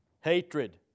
Hatred